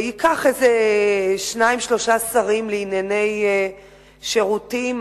ייקח איזה שניים-שלושה שרים לענייני שירותים,